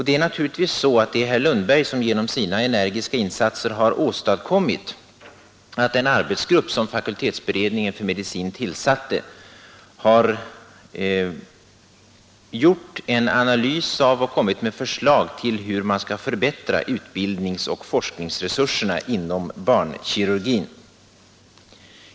Det är naturligtvis herr Lundberg som genom sina energiska insatser har åstadkommit att den arbetsgrupp som fakultetsberedningen för medicin tillsatte har gjort en analys av och inkommit med förslag till hur man skall förbättra utbildningsoch forskningsresurserna inom barnkirurgin.